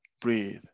breathe